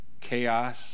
chaos